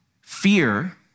Fear